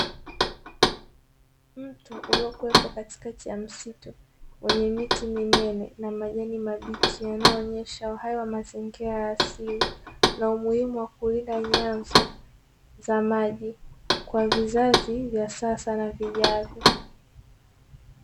Mti uliokuwepo katikati ya msitu wenye miti minene, na majani mabichi inaonyesha uhai wa mazingira ya asili. Na umuhimu wa kulinda vyanzo vya maji kwa vizazi vya sasa na vijavyo.